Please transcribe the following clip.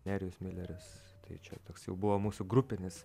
nerijus milerius tai čia toks jau buvo mūsų grupinis